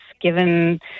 given